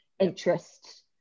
interest